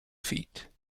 feet